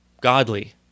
godly